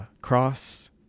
cross